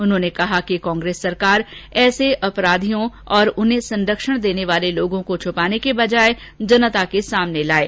उन्होंने कहा कि कांग्रेस सरकार ऐसे अपराधियों और उन्हें सरक्षण देने वाले लोगों को छुपाने के बजाय जनता के सामने लाये